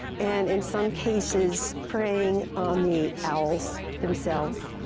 and in some cases preying on the owls themselves.